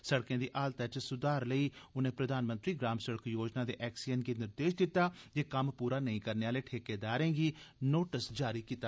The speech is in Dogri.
सड़कें दी हालतै च सुधार लेई उनें प्रधानमंत्री ग्राम सड़क योजना दे एक्सीएन गी निर्देश दित्ता जे कम्म पूरा नेई करने आले ठेकेदारें गी नोटिस जारी करन